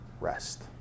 rest